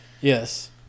Yes